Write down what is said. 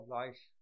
life